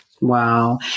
Wow